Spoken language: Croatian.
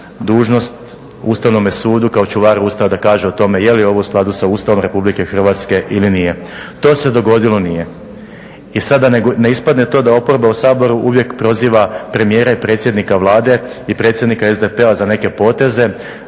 dužnost Ustavnome sudu kao čuvaru Ustava da kaže o tome je li ovo u skladu sa Ustavom Republike Hrvatske ili nije. To se dogodilo nije. I sad da ne ispadne to da oporba u Saboru uvijek proziva premijera i predsjednika Vlade i predsjednika SDP—a za neke poteze.